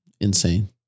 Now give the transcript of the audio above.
Insane